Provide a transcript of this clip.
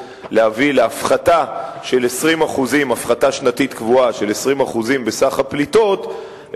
להפחתה של 20% הפחתה שנתית קבועה של 20% בסך הפליטות,